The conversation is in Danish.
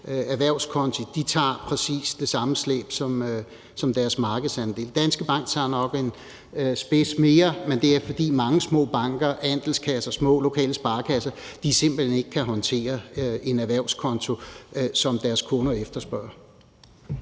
erhvervskonti. De tager præcis det slæb, som svarer til deres markedsandel. Danske Bank tager nok en spids mere, men det er, fordi mange små banker, andelskasser og små, lokale sparekasser simpelt hen ikke kan håndtere en erhvervskonto, som deres kunder efterspørger.